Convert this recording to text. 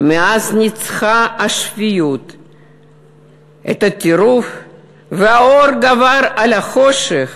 מאז ניצחה השפיות את הטירוף והאור גבר על החושך,